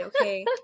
Okay